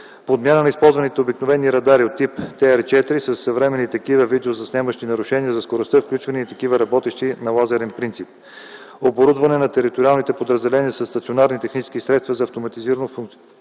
подмяна на използваните обикновени радари от тип ТР-4 със съвременни такива, видеозаснемащи нарушения за скоростта, включване и на такива, работещи на лазарен принцип; оборудване на териториалните подразделения със стационарни технически средства за автоматизирано фиксиращи